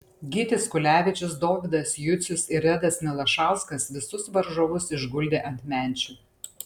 gytis kulevičius dovydas jucius ir redas milašauskas visus varžovus išguldė ant menčių